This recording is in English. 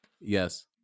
Yes